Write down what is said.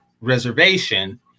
reservation